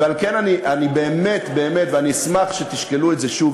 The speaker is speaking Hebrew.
ועל כן, אני באמת באמת אשמח אם תשקלו את זה שוב.